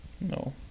No